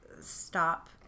stop